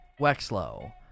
Wexlow